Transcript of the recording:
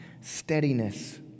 steadiness